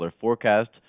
forecast